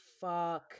fuck